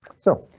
so.